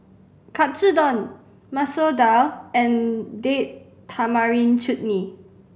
Katsudon Masoor Dal and Date Tamarind Chutney